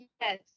yes